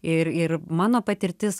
ir ir mano patirtis